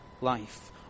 life